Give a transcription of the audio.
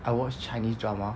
I watch chinese drama